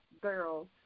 girls